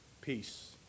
peace